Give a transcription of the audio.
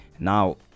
now